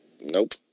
Nope